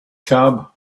cab